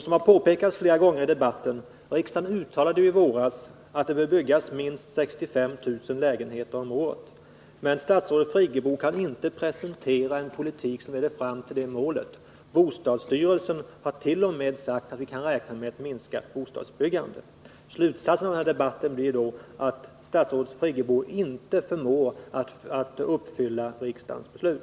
Som har påpekats flera gånger i debatten så uttalade riksdagen i våras att det bör byggas minst 65 000 lägenheter om året. Men statsrådet Friggebo kan inte presentera en politik som leder fram till det målet. Bostadsstyrelsen har t.o.m. sagt att vi kan räkna med ett minskat bostadsbyggande. Slutsatsen av denna debatt blir då att statsrådet Friggebo inte förmår uppfylla riksdagens beslut.